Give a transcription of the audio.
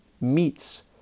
meets